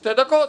שתי דקות.